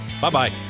bye-bye